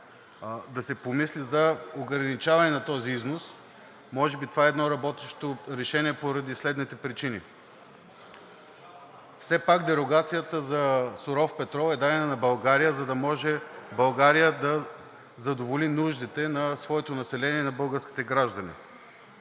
да се помисли за ограничаване на този износ. Може би това е едно работещо решение поради следните причини. Все пак дерогацията за суров петрол е дадена на България, за да може България да задоволи нуждите на своето население, на българските граждани.